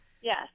Yes